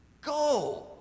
Go